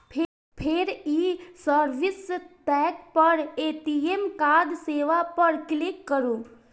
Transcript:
फेर ई service tab पर ए.टी.एम कार्ड सेवा पर क्लिक करू